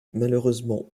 malheureusement